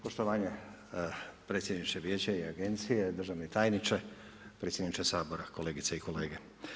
0Poštovani predsjedniče vijeća i agencije, državni tajniče, predsjedniče Sabor, kolegice i kolege.